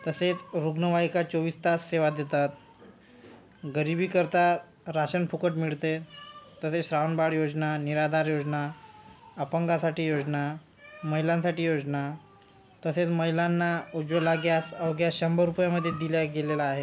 तसेच रुग्णवाहिका चोवीस तास सेवा देतात गरिबीकरता राशन फुकट मिळते तसेच श्रावण बाळ योजना निराधार योजना अपंगांसाठी योजना महिलांसाठी योजना तसेच महिलांना उज्वला गॅस हा गॅस शंभर रुपयामध्ये दिला गेलेला आहे